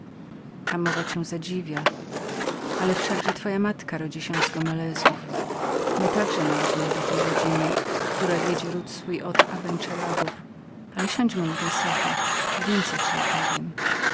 mowa cię zadziwia ale wszakże twoja matka rodzi się z gomelezów my także należymy do tej rodziny która wiedzie ród swój od abenseragów ale siądźmy na tej sofie a więcej ci opowiem